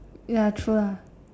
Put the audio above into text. ya true lah